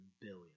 billion